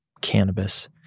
cannabis